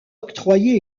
octroyé